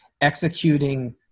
executing